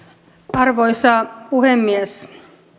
arvoisa puhemies